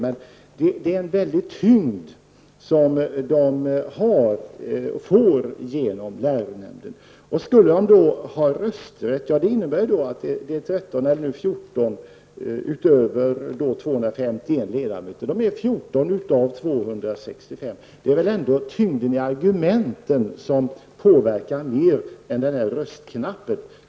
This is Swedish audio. Men biskoparna får genom läronämnden en väldig tyngd. Biskoparna är nu 14 utöver de 251 ledamöterna, dvs. 14 av 265. Tyngden i argumenten påverkar väl ändå mer än röstknappen.